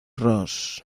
ross